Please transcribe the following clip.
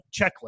checklist